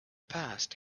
past